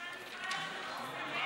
אבל משרד, מסכל את זה כבר עכשיו.